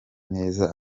neza